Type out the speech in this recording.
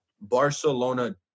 Barcelona